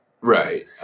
Right